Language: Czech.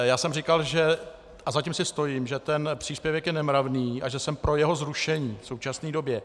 Já jsem říkal, a za tím si stojím, že ten příspěvek je nemravný a že jsem pro jeho zrušení v současné době.